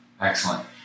Excellent